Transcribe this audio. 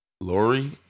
Lori